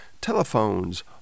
telephones